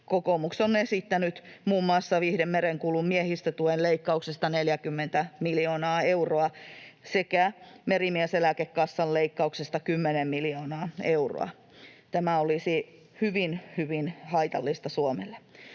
Kokoomus on esittänyt muun muassa viihdemerenkulun miehistötuen leikkauksesta 40:tä miljoonaa euroa sekä merimieseläkekassan leikkauksesta 10:tä miljoonaa euroa. Tämä olisi hyvin hyvin haitallista Suomelle.